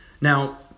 Now